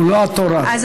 אני ממש לא התורן במליאה.